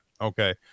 Okay